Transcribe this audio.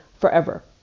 forever